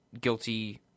guilty